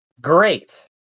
Great